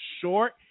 short